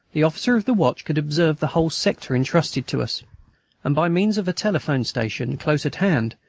the officer of the watch could observe the whole sector entrusted to us and by means of a telephone station, close at hand,